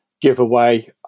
giveaway